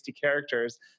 characters